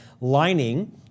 lining